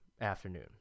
afternoon